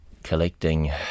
collecting